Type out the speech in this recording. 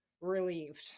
relieved